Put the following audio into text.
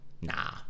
Nah